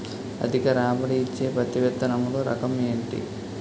అధిక రాబడి ఇచ్చే పత్తి విత్తనములు రకం ఏంటి?